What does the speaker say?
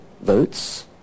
votes